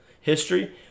History